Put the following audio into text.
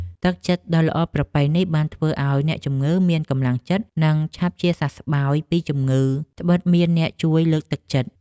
ទឹកចិត្តដ៏ល្អប្រពៃនេះ បានធ្វើឱ្យអ្នកជំងឺមានកម្លាំងចិត្ត និងឆាប់ជាសះស្បើយពីជំងឺដ្បិតមានអ្នកជួយលើកទឹកចិត្ត។